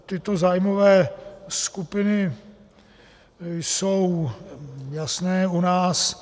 Tyto zájmové skupiny jsou jasné u nás.